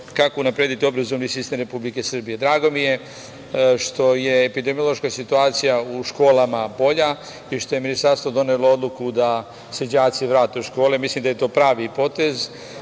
kako unaprediti obrazovni sistem Republike Srbije. Drago mi je što je epidemiološka situacija u školama bolja i što je ministarstvo donelo odluku da se đaci vrate u škole. Mislim da je to pravi potez.